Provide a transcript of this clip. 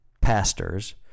pastors